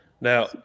Now